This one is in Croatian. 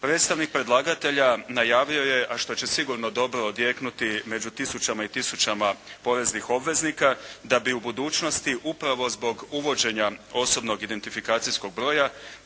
Predstavnik predlagatelja najavio je, a što će sigurno dobro odjeknuti među tisućama i tisućama poreznih obveznika, da bi u budućnosti upravo zbog uvođenja osobnog identifikacijskog broja